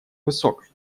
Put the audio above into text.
высокой